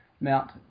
Mount